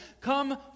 come